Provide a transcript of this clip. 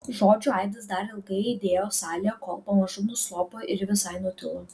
žodžių aidas dar ilgai aidėjo salėje kol pamažu nuslopo ir visai nutilo